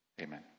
Amen